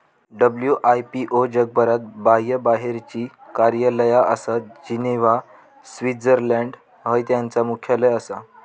WIPO जगभरात बाह्यबाहेरची कार्यालया आसत, जिनेव्हा, स्वित्झर्लंड हय त्यांचा मुख्यालय आसा